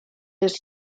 his